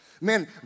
Man